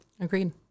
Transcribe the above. Agreed